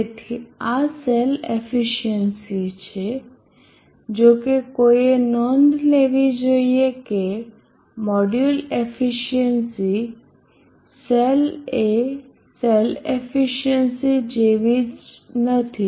તેથી આ cell efficiency છે જો કે કોઈએ નોંધ લેવી જોઈએ કે મોડ્યુલ એફિસિયન્સી સેલ એ સેલ એફિસિયન્સી જેવી જ નથી